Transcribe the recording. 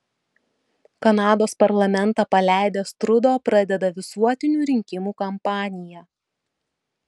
kanados parlamentą paleidęs trudo pradeda visuotinių rinkimų kampaniją